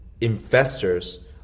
investors